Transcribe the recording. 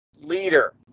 leader